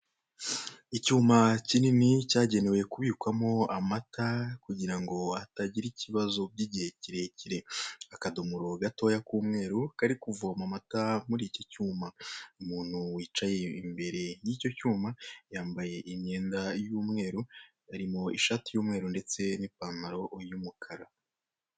Icyuma kinini cyagenewe kubikwamo amata kugira ngo atagira ikibazo by'igihe kirekire, akadumoro gatoya k'umweru kari kuvoma amata muri iki cyuma. Umuntu wicaye imbere y'icyo cyuma yambaye imyenda y'umweru, harimo ishati y'umweru ndetse n'ipantaro y'umukara.